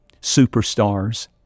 superstars